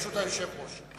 ברשות היושב-ראש.